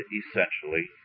essentially